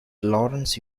lawrence